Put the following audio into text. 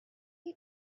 you